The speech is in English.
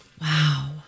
Wow